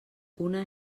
una